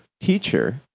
teacher